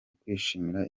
ukwishimira